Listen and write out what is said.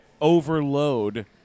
overload